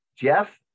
Jeff